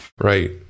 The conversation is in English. Right